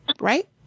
right